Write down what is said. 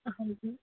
ਹਾਂਜੀ